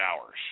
hours